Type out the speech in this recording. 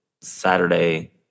Saturday